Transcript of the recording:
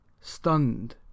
stunned